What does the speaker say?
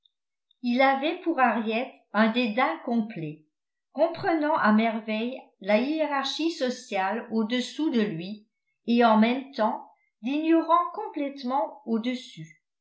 il avait pour harriet un dédain complet comprenant à merveille la hiérarchie sociale au-dessous de lui et en même temps l'ignorant complètement au-dessus